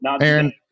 Aaron